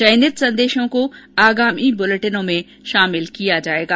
चयनित संदेशों को आगामी बुलेटिनों में शामिल किया जाएगा